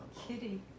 Kitty